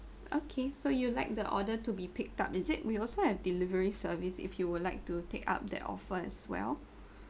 okay so you like the order to be picked up is it we also have delivery service if you would like to take up that offer as well